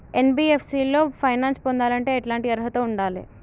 NBFC లో finance పొందాలంటే ఎట్లాంటి అర్హత ఉండాలే?